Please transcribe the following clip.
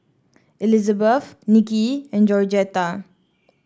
Elizabeth Nicky and Georgetta